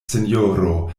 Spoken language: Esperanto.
sinjoro